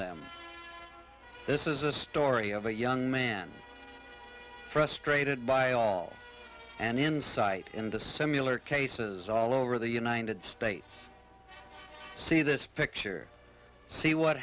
them this is a story of a young man frustrated by all and insight into simular cases all over the united states see this picture see what